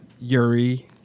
Yuri